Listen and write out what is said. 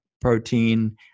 protein